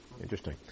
Interesting